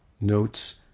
notes